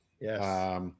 Yes